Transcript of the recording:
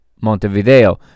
Montevideo